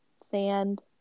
Sand